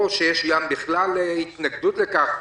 או שיש בכלל התנגדות לכך,